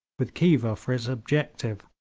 with khiva for its objective.